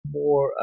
more